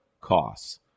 costs